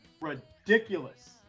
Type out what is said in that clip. ridiculous